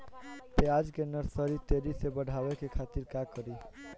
प्याज के नर्सरी तेजी से बढ़ावे के खातिर का करी?